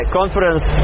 conference